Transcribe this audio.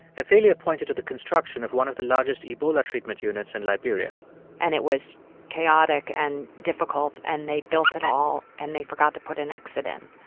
athalia pointed to the construction of one of the largest ebola treatment units in liberia and it was chaotic and difficult and they built it all and they forgot to put an exit in.